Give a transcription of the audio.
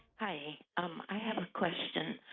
i um i have a question.